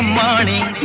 morning